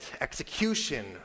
execution